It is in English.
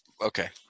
Okay